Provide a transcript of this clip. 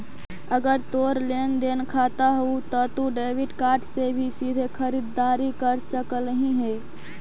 अगर तोर लेन देन खाता हउ त तू डेबिट कार्ड से भी सीधे खरीददारी कर सकलहिं हे